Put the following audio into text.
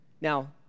Now